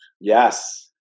Yes